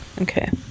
Okay